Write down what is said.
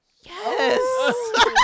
Yes